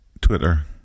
Twitter